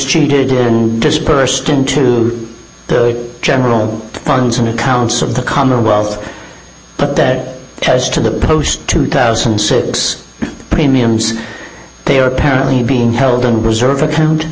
cheated in dispersed into the general funds from accounts of the commonwealth but that has to the post two thousand and six premiums they are apparently being held in reserve account